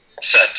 Set